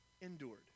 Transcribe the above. endured